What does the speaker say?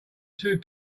two